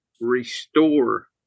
restore